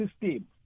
system